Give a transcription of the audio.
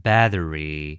Battery